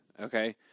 okay